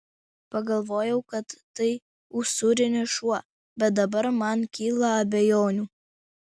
pagalvojau kad tai usūrinis šuo bet dabar man kyla abejonių